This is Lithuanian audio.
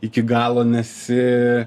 iki galo nesi